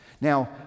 Now